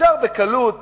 אפשר בקלות